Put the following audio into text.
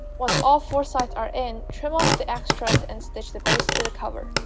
once all four sides are in, trim off the extras and stitch the base to the cover